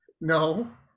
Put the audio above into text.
No